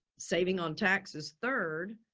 saving on taxes. third,